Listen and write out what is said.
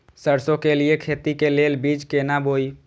सरसों के लिए खेती के लेल बीज केना बोई?